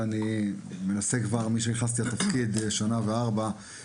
ואני מנסה כבר במשך שנה וארבעה חודשים,